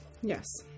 Yes